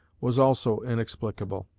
was also inexplicable.